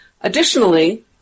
Additionally